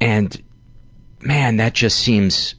and man, that just seems